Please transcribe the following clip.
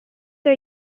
are